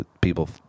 People